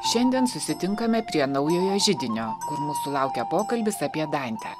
šiandien susitinkame prie naujojo židinio kur mūsų laukia pokalbis apie dantę